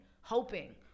hoping